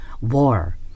war